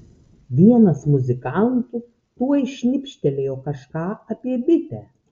vienas muzikantų tuoj šnibžtelėjo kažką apie bitę